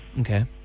Okay